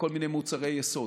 לכל מיני מוצרי יסוד.